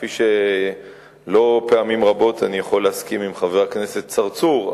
כפי שלא פעמים רבות אני יכול להסכים עם חבר הכנסת צרצור,